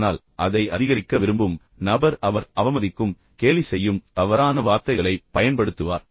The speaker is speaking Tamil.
ஆனால் அதை அதிகரிக்க விரும்பும் நபர் அவர் அவமதிக்கும் கேலி செய்யும் தவறான வார்த்தைகளைப் பயன்படுத்துவார்